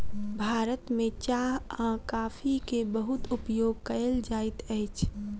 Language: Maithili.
भारत में चाह आ कॉफ़ी के बहुत उपयोग कयल जाइत अछि